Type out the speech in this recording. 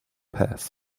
pass